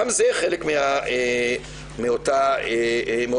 גם זה חלק מאותם חסמים.